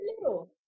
little